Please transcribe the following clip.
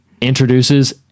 introduces